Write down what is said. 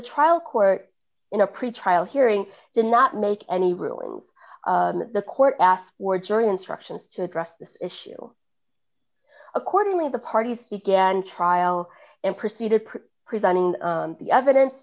trial court in a pretrial hearing did not make any ruling the court asked for jury instructions to address this issue accordingly the parties began trial and proceeded presenting the evidence